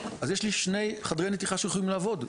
אז יש לי שני חדרי נתיחה שיכולים לעבוד.